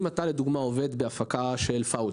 אם אתה לדוגמה עובד בהפקה של "פאודה",